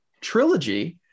Trilogy